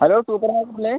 hello super മാർക്കറ്റല്ലേ